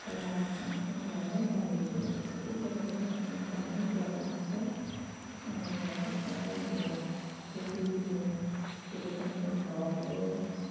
तर लास्टमा आफ्नु घर नै सम्झन्छु जस्तै गरे पनि आफ्नु घर नै प्यारो लाग्छ अनि मलाई सबभन्दा ठुलो खुसी दिने कुरो चाहिँ मेरो घर हो